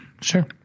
sure